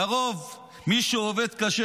לרוב מי שעובד קשה,